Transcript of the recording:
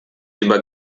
über